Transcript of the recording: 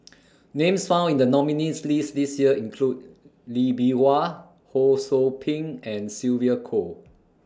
Names found in The nominees' list This Year include Lee Bee Wah Ho SOU Ping and Sylvia Kho